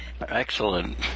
Excellent